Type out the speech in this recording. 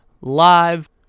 live